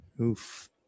Oof